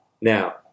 Now